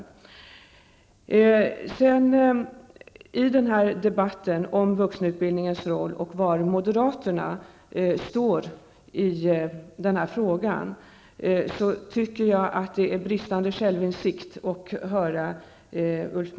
Ulf Melins inlägg i denna debatt om vuxenutbildningens roll och om var moderaterna står i denna fråga tyder på bristande självinsikt.